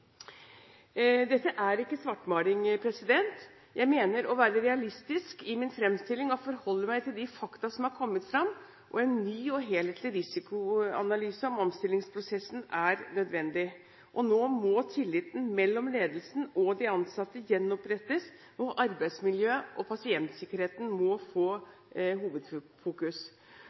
Dette er ikke svartmaling. Jeg mener å være realistisk i min fremstilling og forholder meg til de fakta som har kommet fram. En ny og helhetlig risikoanalyse av omstillingsprosessen er nødvendig. Nå må tilliten mellom ledelsen og de ansatte gjenopprettes, og arbeidsmiljø og pasientsikkerhet må få hovedfokus.